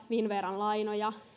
finnveran lainoja